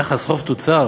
יחס חוב תוצר,